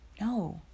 no